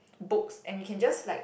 books and you can just like